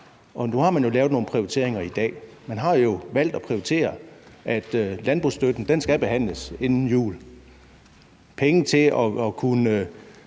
Nu har man jo lavet nogle prioriteringer i dag. Man har valgt at prioritere, at landbrugsstøtten skal behandles inden jul. Penge til at kunne